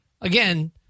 again